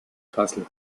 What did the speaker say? kassel